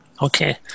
Okay